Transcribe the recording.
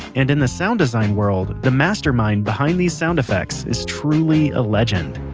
and in the sound design world the mastermind behind these sound effects is truly a legend